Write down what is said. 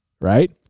right